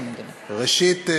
ראשית,